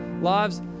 lives